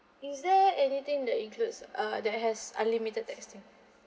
is there anything that includes uh that has unlimited texting